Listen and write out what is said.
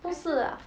还是